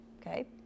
Okay